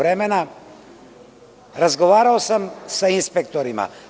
Razgovarao sam sa inspektorima.